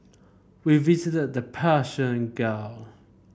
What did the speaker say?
we visited the Persian Gulf